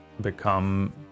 become